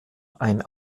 ein